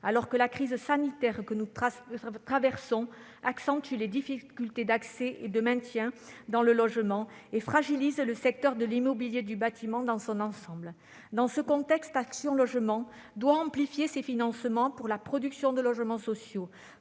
alors que la crise sanitaire que nous traversons accentue les difficultés d'accès et de maintien dans le logement et fragilise le secteur de l'immobilier et du bâtiment dans son ensemble. Dans ce contexte, le groupe doit amplifier ses financements en faveur de la production de logements sociaux,